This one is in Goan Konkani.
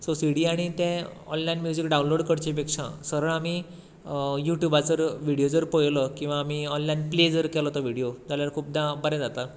सो सिडी आनी तें ऑनलायन म्युजीक डावनलाॅड करचें पेक्षा सरळ आमी युट्युबाचो व्हिडीयो पळयलो किंवां आमी ऑनलायन प्ले जर केलो तो व्हिडीयो जाल्यार खुबदां बरें जाता